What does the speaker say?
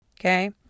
Okay